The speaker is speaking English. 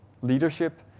leadership